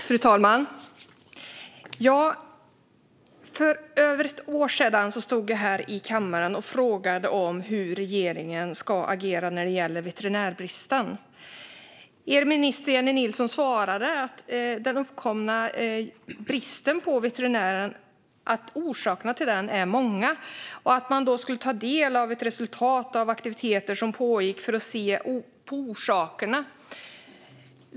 Fru talman! För över ett år sedan stod jag här i kammaren och frågade hur regeringen skulle agera när det gäller veterinärbristen. Er minister Jennie Nilsson svarade att orsakerna till den uppkomna bristen på veterinärer är många och att man skulle ta del av resultatet av aktiviteter som pågick för att undersöka orsakerna.